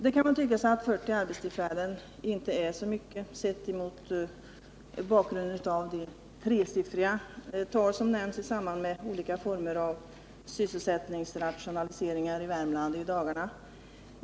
Det kan tyckas att 40 arbetstillfällen inte är så mycket, mot bakgrund av de tresiffriga tal som i dagarna nämns i samband med olika former av sysselsättningsrationaliseringar i Värmland.